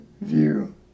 view